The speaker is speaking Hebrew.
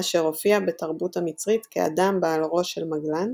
אשר הופיע בתרבות המצרית כאדם בעל ראש של מגלן,